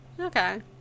Okay